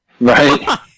Right